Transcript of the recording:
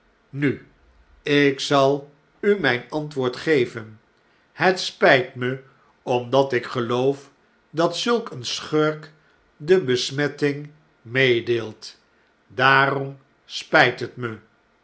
nu ik zal u mijn antwoord geven het spjjt me omdat ik geloof dat zulk een schurk de besmetting meedeelt daarom spijt het me